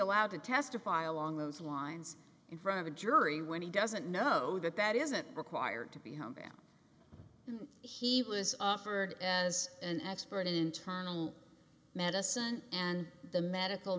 allowed to testify along those lines in front of a jury when he doesn't know that that isn't required to be home he was offered as an expert in internal medicine and the medical